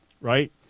right